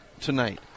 tonight